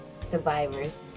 Survivors